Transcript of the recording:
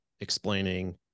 explaining